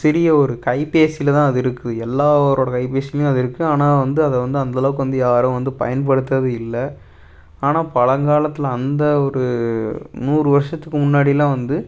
சிறிய ஒரு கைபேசியில் தான் அது இருக்குது எல்லாரோடய கைபேசிலையும் அது இருக்குது ஆனால் வந்து அதை வந்து அந்த அளவுக்கு வந்து யாரும் வந்து பயன்படுத்துவது இல்லை ஆனால் பழங்காலத்துல அந்த ஒரு நூறு வர்ஷத்துக்கு முன்னாடிலாம் வந்து